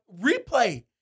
replay